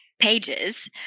pages